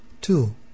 Two